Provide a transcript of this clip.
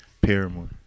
Paramore